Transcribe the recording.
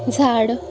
झाड